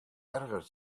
ergert